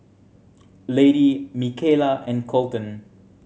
Lady Michaela and Kolton